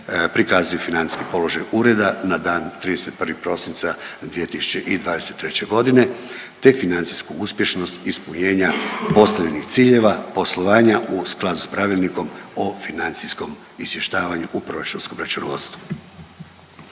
prikazuje financijski položaj ureda na dan 31. prosinca 2023. g. te financijsku uspješnost ispunjenja .../Govornik se ne razumije./... ciljeva poslovanja u skladu s Pravilnikom o financijskom izvještavaju u proračunskom računovodstvu.